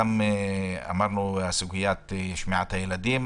גם דיברנו על סוגיית שמיעת הילדים,